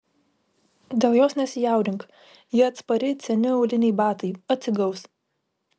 dėl jos nesijaudink ji atspari it seni auliniai batai atsigaus